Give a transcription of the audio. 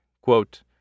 Quote